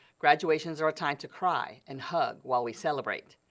graduations are a time to cry and hug while we celebrate.